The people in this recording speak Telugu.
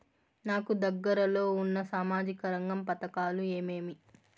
నాకు దగ్గర లో ఉన్న సామాజిక రంగ పథకాలు ఏమేమీ?